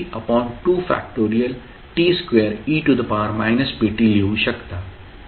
t2 e pt लिहू शकता आणि वगैरे